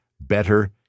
better